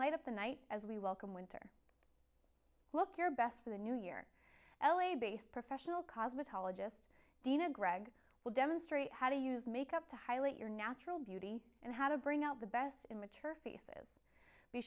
light up the night as we welcome winter look your best for the new year l a based professional cosmetologist dina gregg will demonstrate how to use makeup to highlight your natural beauty and how to bring out the best in mature faeces be